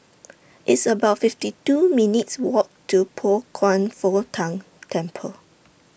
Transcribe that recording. It's about fifty two minutes' Walk to Pao Kwan Foh Tang Temple